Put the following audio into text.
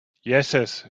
jesses